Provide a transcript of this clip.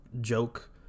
joke